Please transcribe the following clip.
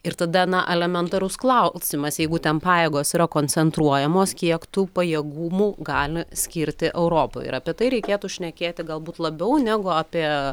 ir tada na elementarus klausimas jeigu ten pajėgos yra koncentruojamos kiek tų pajėgumų gali skirti europai ir apie tai reikėtų šnekėti galbūt labiau negu apie